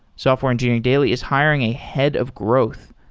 software engineering daily is hiring a head of growth.